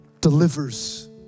delivers